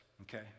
okay